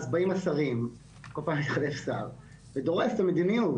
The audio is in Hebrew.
אז באים השרים וכל פעם מתחלף שר ודורס את המדיניות.